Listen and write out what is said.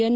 N